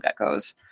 geckos